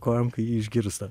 kojom kai jį išgirsta